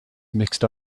mixed